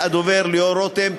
והדובר ליאור רותם.